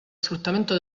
sfruttamento